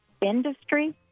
industry